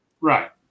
Right